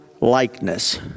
likeness